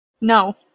No